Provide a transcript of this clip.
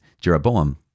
Jeroboam